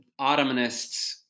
Ottomanists